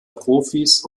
profis